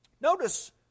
Notice